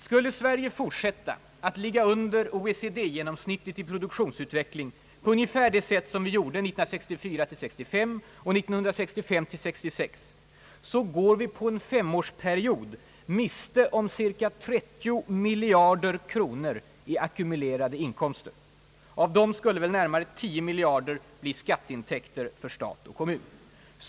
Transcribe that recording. Skulle Sverige fortsätta att ligga under OECD genomsnittet i produktionsutveckling, på ungefär det sätt som vi gjorde 1964 —1965 och 1965—1966, så går vi på en femårsperiod miste om cirka 30 miljarder kronor i ackumulerade inkomster. Av dem skulle väl närmare 10 miljarder bli skatteintäkter för stat och kommun.